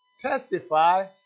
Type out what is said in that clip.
testify